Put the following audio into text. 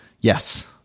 Yes